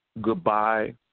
Goodbye